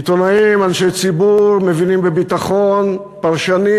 עיתונאים, אנשי ציבור, מבינים בביטחון, פרשנים,